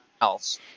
else